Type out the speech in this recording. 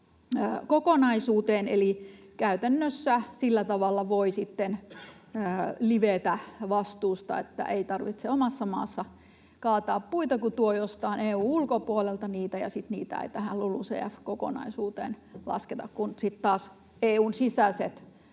Eli käytännössä sillä tavalla voi sitten livetä vastuusta niin, että ei tarvitse omassa maassa kaataa puita, kun tuo jostain EU:n ulkopuolelta niitä, ja sitten niitä ei tähän LULUCF-kokonaisuuteen lasketa, kun sitten taas EU:n sisäiset